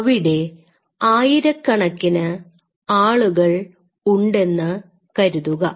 അവിടെ ആയിരക്കണക്കിന് ആളുകൾ ഉണ്ടെന്നു കരുതുക